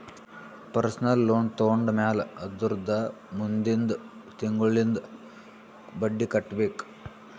personal loan ತೊಂಡಮ್ಯಾಲ್ ಅದುರ್ದ ಮುಂದಿಂದ್ ತಿಂಗುಳ್ಲಿಂದ್ ಬಡ್ಡಿ ಕಟ್ಬೇಕ್